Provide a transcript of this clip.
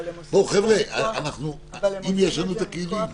אבל הם עושים את זה מכוח סמכות.